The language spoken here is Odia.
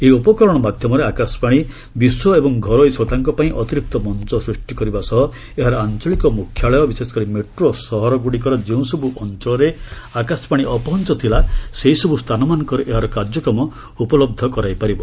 ଏହି ଉପକରଣ ମାଧ୍ୟମରେ ଆକାଶବାଣୀ ବିଶ୍ୱ ଏବଂ ଘରୋଇ ଶ୍ରୋତାଙ୍କପାଇଁ ଅତିରିକ୍ତ ମଞ୍ଚ ସୃଷ୍ଟି କରିବା ସହ ଏହାର ଆଞ୍ଚଳିକ ମୁଖ୍ୟାଳୟ ବିଶେଷକରି ମେଟ୍ରୋ ସହରଗୁଡ଼ିକର ଯେଉଁସବୁ ଅଞ୍ଚଳରେ ଆକାଶବାଣୀ ଅପହଞ୍ଚ ଥିଲା ସେହିସବୁ ସ୍ଥାନମାନଙ୍କରେ ଏହାର କାର୍ଯ୍ୟକ୍ରମ ଉପଲବ୍ଧ କରାଯାଇପାରିବ